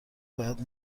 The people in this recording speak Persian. باید